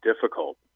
difficult